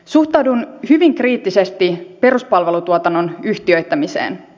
suhtaudun hyvin kriittisesti peruspalvelutuotannon yhtiöittämiseen